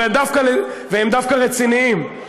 והם דווקא רציניים.